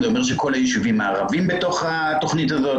זה אומר שכל הישובים הערביים בתוך התכנית הזאת,